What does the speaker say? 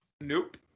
nope